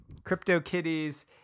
CryptoKitties